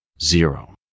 zero